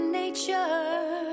nature